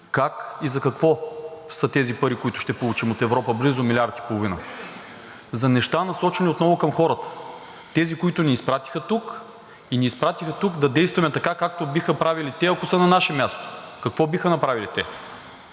Как и за какво са тези пари, които ще получим от Европа, близо милиард и половина? За неща, насочени отново към хората – тези, които ни изпратиха тук. Изпратиха ни тук да действаме така, както биха правили те, ако са на наше място. Какво биха направили те?